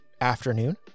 afternoon